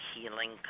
healing